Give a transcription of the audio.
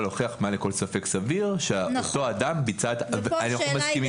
להוכיח מעל לכל ספק סביר שאותו אדם ביצע אנחנו מסכימים,